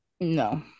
No